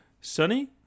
sunny